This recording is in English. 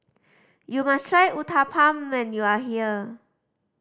you must try Uthapam when you are here